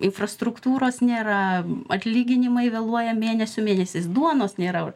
infrastruktūros nėra atlyginimai vėluoja mėnesių mėnesiais duonos nėra